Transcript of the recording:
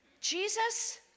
Jesus